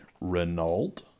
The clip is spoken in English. Renault